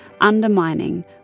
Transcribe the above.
undermining